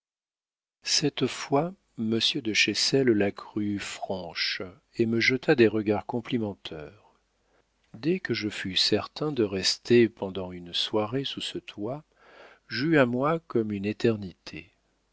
cette fois monsieur de chessel la crut franche et me jeta des regards complimenteurs dès que je fus certain de rester pendant une soirée sous ce toit j'eus à moi comme une éternité